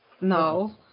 No